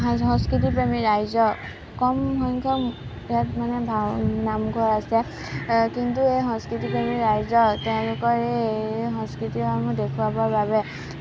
সংস্কৃতি প্ৰেমী ৰাইজৰ কম সংখ্যক ইয়াত মানে নামঘৰ আছে কিন্তু এই সংস্কৃতিপ্ৰেমী ৰাইজক তেওঁলোকৰ এই সংস্কৃতিসমূহ দেখুৱাবৰ বাবে